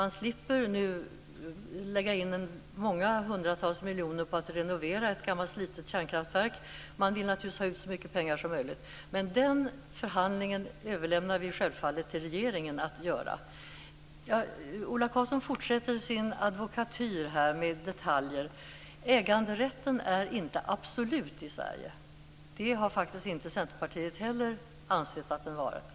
Nu slipper man lägga ned många hundratals miljoner på att renovera ett gammalt och slitet kärnkraftverk. Naturligtvis vill man ha ut så mycket pengar som möjligt men den behandlingen överlåter vi självfallet på regeringen. Ola Karlsson fortsätter här med sin advokatyr med detaljer. Äganderätten är inte absolut i Sverige. Det har faktiskt inte Centerpartiet heller ansett.